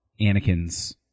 Anakin's